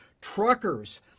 truckers